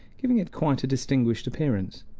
giving it quite a distinguished appearance.